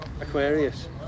Aquarius